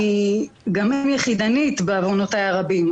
אני גם אם יחידנית בעוונותיי הרבים,